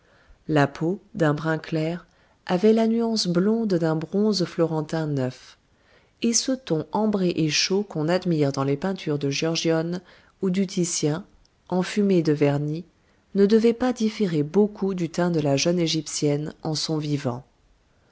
la peau d'un brun clair avait la nuance blonde d'un bronze florentin neuf et ce ton ambré et chaud qu'on admire dans les peintures de giorgione ou du titien enfumées de vernis ne devait pas différer beaucoup du teint de la jeune égyptienne en son vivant